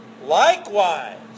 Likewise